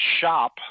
shop